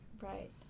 Right